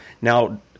Now